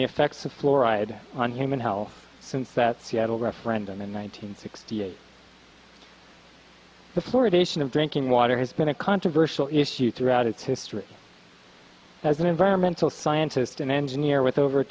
the effects of fluoride on human health since that seattle referendum in one nine hundred sixty eight the fluoridation of drinking water has been a controversial issue throughout its history as an environmental scientist and engineer with over